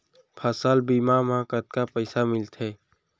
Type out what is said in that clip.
फसल बीमा म कतका पइसा मिलथे?